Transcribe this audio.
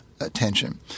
attention